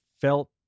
felt